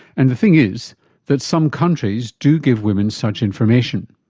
and the thing is that some countries do give women such information.